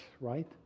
right